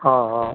ஆ ஆ